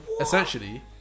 essentially